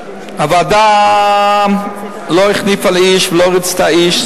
הוועדה לא החניפה לאיש ולא ריצתה איש.